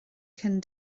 cyn